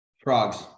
Frogs